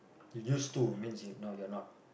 you used to means you no you're not